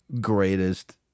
greatest